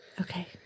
Okay